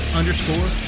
underscore